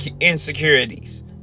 insecurities